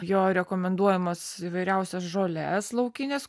jo rekomenduojamas įvairiausias žoles laukines